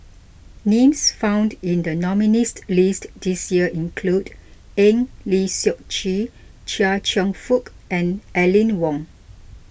names found in the nominees' list this year include Eng Lee Seok Chee Chia Cheong Fook and Aline Wong